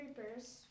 creepers